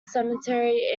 cemetery